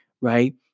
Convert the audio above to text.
right